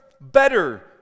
better